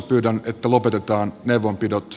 pyydän että lopetetaan neuvonpidot